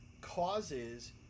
causes